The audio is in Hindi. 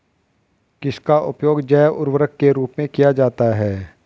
किसका उपयोग जैव उर्वरक के रूप में किया जाता है?